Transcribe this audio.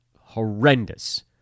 horrendous